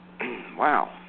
Wow